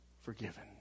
forgiven